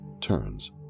turns